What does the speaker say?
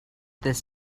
this